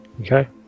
okay